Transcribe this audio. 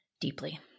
deeply